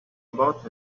about